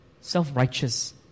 Self-righteous